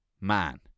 man